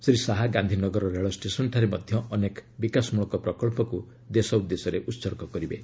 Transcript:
ଶ୍ରୀ ଶାହା ଗାନ୍ଧିନଗର ରେଳଷ୍ଟେସନ୍ଠାରେ ମଧ୍ୟ ଅନେକ ବିକାଶମଳକ ପ୍ରକ୍ସକୁ ଦେଶ ଉଦ୍ଦେଶ୍ୟରେ ଉତ୍ସର୍ଗ କରିବେ